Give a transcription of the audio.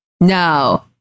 No